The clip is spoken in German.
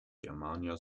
germania